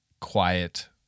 quiet